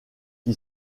qui